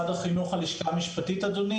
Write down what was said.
אני מהלשכה המשפטית במשרד החינוך.